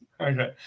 Okay